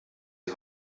die